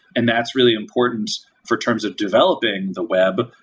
and that's really important for terms of developing the web.